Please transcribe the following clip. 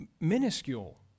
minuscule